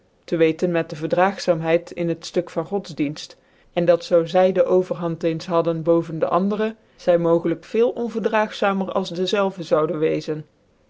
tc weten met de verdraagzaamheid in het ftuk van godsdienft en dat zoo zy dc overhand eens hadden boven dc andere zy mogelijk veel onverdraagzamer als dezelve zouden weezen